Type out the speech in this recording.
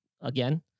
again